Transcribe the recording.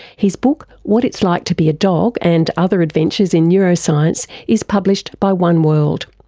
his book what it's like to be a dog and other adventures in neuroscience is published by one world.